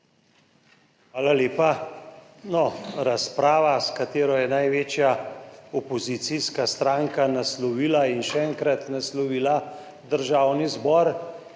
Hvala lepa. No, razprava s katero je največja opozicijska stranka naslovila in še enkrat naslovila Državni zbor